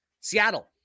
Seattle